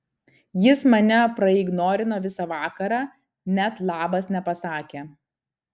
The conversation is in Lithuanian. jis mane praignorino visą vakarą net labas nepasakė